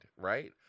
right